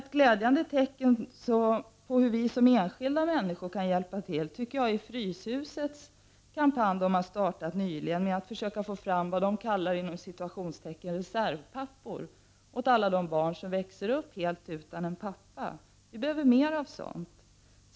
Ett glädjande exempel på hur vi som enskilda människor kan hjälpa till är Fryshusets kampanj som nyligen har startats, där man försöker få fram ”reservpappor” åt alla de barn som växer upp utan en pappa. Vi behöver mera av sådant.